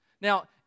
Now